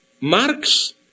Marx